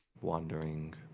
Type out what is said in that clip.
wandering